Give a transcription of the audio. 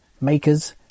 makers